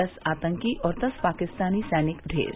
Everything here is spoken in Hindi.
दस आतंकी और दस पाकिस्तानी सैनिक ढेर